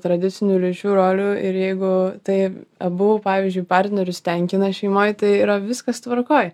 tradicinių lyčių rolių ir jeigu tai abu pavyzdžiui partnerius tenkina šeimoj tai yra viskas tvarkoj